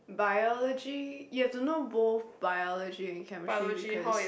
biology you have to know both biology and chemistry because